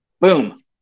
boom